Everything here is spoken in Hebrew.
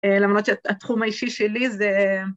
‫למרות שהתחום האישי שלי זה...